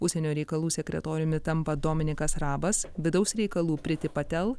užsienio reikalų sekretoriumi tampa dominykas rabas vidaus reikalų priti patel